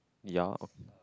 ya